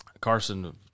Carson